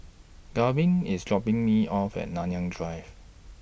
Garvin IS dropping Me off At Nanyang Drive